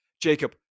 Jacob